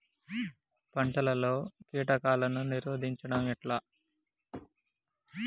పంటలలో కీటకాలను నిరోధించడం ఎట్లా?